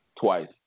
twice